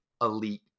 elite